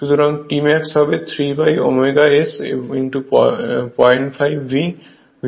সুতরাং Tmax হবে 3ω S 05 V 2x 2